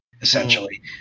essentially